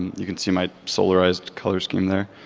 you can see my solarized color scheme there.